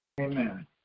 Amen